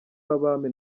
w’abami